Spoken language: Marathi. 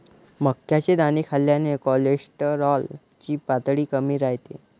मक्याचे दाणे खाल्ल्याने कोलेस्टेरॉल ची पातळी कमी राहते